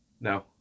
No